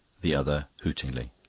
the other hootingly.